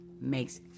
makes